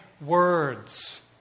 words